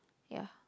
ya